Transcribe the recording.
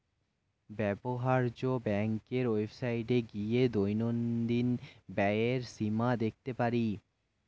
ব্যবহার্য ব্যাংকের ওয়েবসাইটে গিয়ে দৈনন্দিন ব্যয়ের সীমা দেখতে পারি